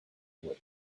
away